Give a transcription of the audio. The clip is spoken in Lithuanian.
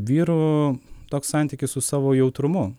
vyro toks santykis su savo jautrumu